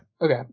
Okay